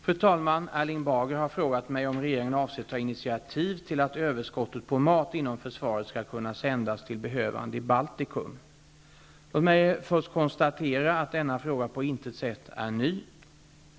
Fru talman! Erling Bager har frågat mig om regeringen avser ta initiativ till att överskottet på mat inom försvaret skall kunna sändas till behövande i Baltikum. Låt mig först konstatera att denna fråga på intet sätt är ny.